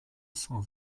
cent